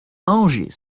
angers